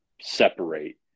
separate